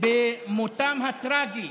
על מותם הטרגי